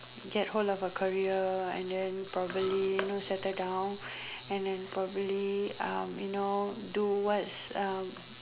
get hold of a career and then probably you know settle down and then probably uh you know do what's uh